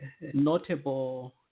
notable